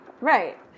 Right